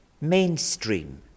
mainstream